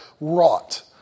wrought